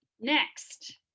next